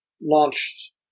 launched